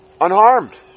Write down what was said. Unharmed